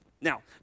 Now